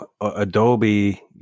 Adobe